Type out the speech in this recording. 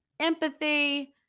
empathy